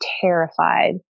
terrified